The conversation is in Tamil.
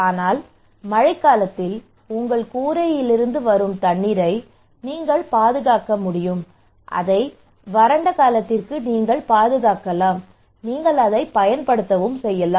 ஆனால் மழைக்காலத்தில் உங்கள் கூரையிலிருந்து வரும் தண்ணீரை நீங்கள் பாதுகாக்க முடியும் அதை வறண்ட காலத்திற்கு நீங்கள் பாதுகாக்கலாம் நீங்கள் அதைப் பயன்படுத்தலாம்